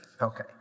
Okay